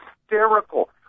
hysterical